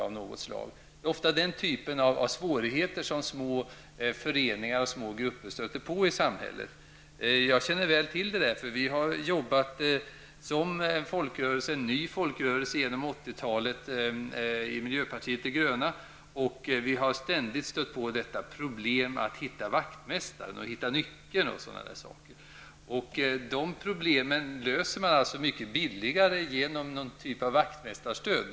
Det är ofta den typen av svårigheter som små föreningar och grupper stöter på i samhället. Jag känner väl till detta, för vi i miljöpartiet de gröna har jobbat som ny folkrörelse under 80-talet. Vi har ständigt stött på detta problem, att hitta vaktmästaren, hitta nyckeln osv. De problemen löser man mycket billigare genom någon typ av vaktmästarstöd.